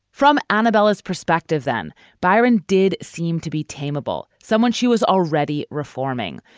from annabel's perspective, then byron did seem to be tamal, someone she was already reforming.